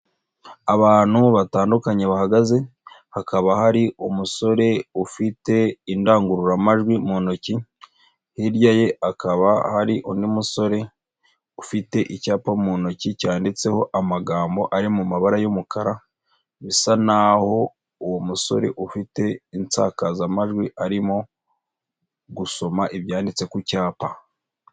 Abantu batandukanye bahagaze hakaba hari umusore ufite indangururamajwi mu ntoki, hirya ye akaba hari undi musore ufite icyapa mu ntoki cyanditseho amagambo ari mu mabara y'umukara bisa naho uwo musore ufite insakazamajwi arimo gusoma ibyanditse ku cyapa.